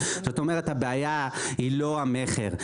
זאת אומרת הבעיה היא לא המכר,